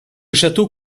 château